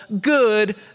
good